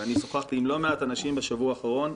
ואני שוחחתי עם לא מעט אנשים בשבוע האחרון,